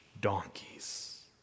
donkeys